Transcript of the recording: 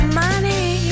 money